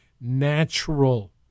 natural